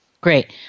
Great